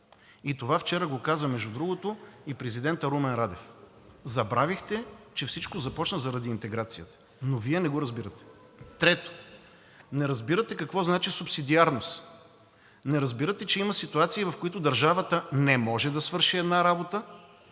и това вчера, между другото, го каза и президентът Румен Радев. Забравихте, че всичко започна заради интеграцията, но Вие не го разбирате. Трето, не разбирате какво значи субсидиарност! Не разбирате, че има ситуации, в които държавата не може да свърши една работа,